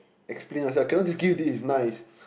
explain yourself I cannot just give you this nice